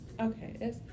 Okay